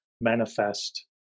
manifest